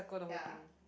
ya